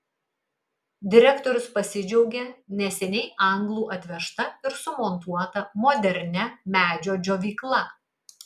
direktorius pasidžiaugė neseniai anglų atvežta ir sumontuota modernia medžio džiovykla